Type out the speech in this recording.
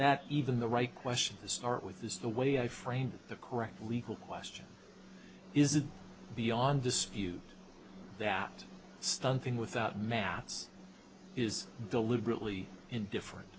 that even the right question to start with this the way i framed the correct legal question is it beyond dispute that stumping without mass is deliberately indifferent